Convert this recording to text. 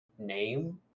name